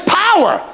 power